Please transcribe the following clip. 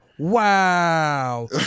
wow